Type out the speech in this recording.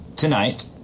tonight